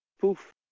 poof